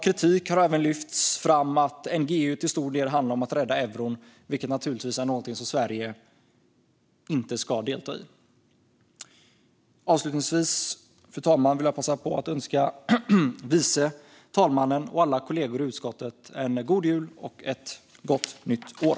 Kritik har även lyft fram att NGEU till stor del handlar om att rädda euron, vilket naturligtvis är någonting som Sverige inte ska delta i. Avslutningsvis, fru talman, vill jag passa på att önska vice talmannen och alla kollegor i utskottet en god jul och ett gott nytt år!